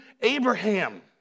Abraham